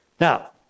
Now